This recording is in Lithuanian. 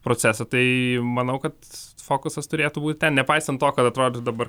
procesą tai manau kad fokusas turėtų būt ten nepaisant to kad atrodytų dabar